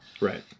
Right